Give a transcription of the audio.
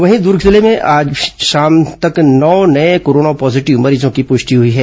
वहीं दूर्ग जिले में भी आज शाम तक नौ नये कोरोना पॉजीटिव मरीजों की पुष्टि हुई है